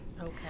Okay